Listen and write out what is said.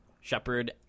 Shepard